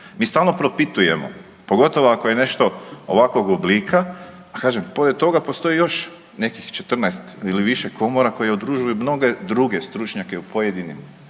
Mi stalno propitujemo pogotovo ako je nešto ovakvog oblika, a kažem pored toga postoji još nekih 14 ili više Komora koji udružuju mnoge druge stručnjake u pojedinim